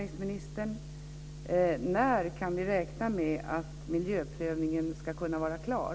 När kan vi räkna med att miljöprövningen ska kunna vara klar?